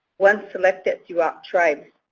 one selected throughout tribes.